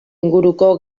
inguruko